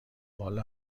والا